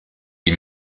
die